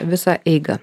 visą eigą